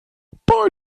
bei